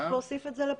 צריך להוסיף את זה לכאן.